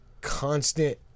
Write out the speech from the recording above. constant